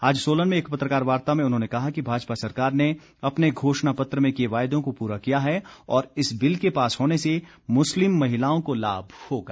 आज सोलन में एक पत्रकार वार्ता में उन्होंने कहा कि भाजपा सरकार ने अपने घोषणा पत्र में किए वायदों को पूरा किया है और इस बिल के पास होने से मुस्लिम महिलाओं को लाभ होगा